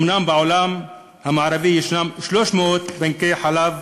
בעולם המערבי ישנם 300 בנקי חלב,